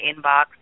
inbox